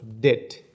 debt